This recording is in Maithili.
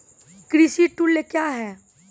कृषि टुल्स क्या हैं?